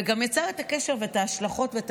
וגם יצר את הקשר ואת ההשלכות ואת